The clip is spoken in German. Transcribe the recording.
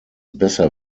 besser